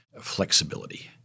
flexibility